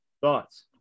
Thoughts